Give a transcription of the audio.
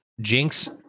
Jinx